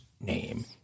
name